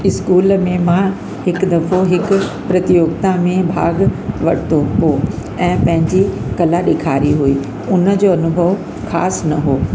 school में मां हिक दफ़ो हिक प्रतियोगिता में भागु वरितो हो ऐं पंहिजी कला ॾेखारी हुई उनजो अनुभवु ख़ासि न हो